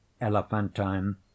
Elephantine